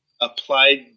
applied